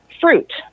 fruit